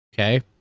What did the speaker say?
Okay